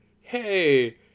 hey